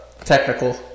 technical